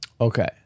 Okay